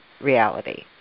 reality